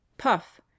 Puff